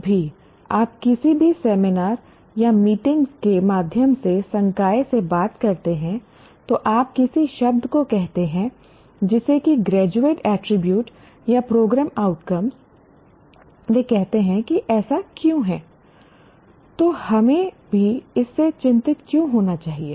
जब भी आप किसी भी सेमिनार या मीटिंग्स के माध्यम से संकाय से बात करते हैं तो आप किसी शब्द को कहते हैं जैसे कि ग्रेजुएट एट्रिब्यूट या प्रोग्राम आउटकम्स वे कहते हैं कि ऐसा क्यों है तो हमें भी इससे चिंतित क्यों होना चाहिए